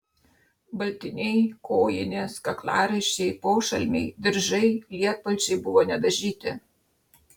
baltiniai kojinės kaklaraiščiai pošalmiai diržai lietpalčiai buvo nedažyti